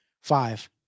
Five